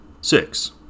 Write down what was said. six